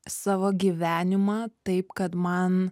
savo gyvenimą taip kad man